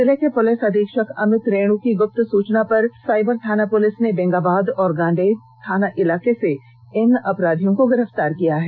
जिले के पुलिस अधीक्षक अमित रेणु की गृप्त सुचना पर साइबर थाना पुलिस ने बेंगाबाद और गांडेय थाना इलाके से इन अपराधियो को गिरफ्तार किया है